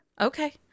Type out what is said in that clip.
Okay